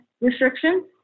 restrictions